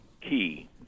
key